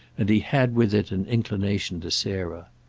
and he had with it an inclination to sarah.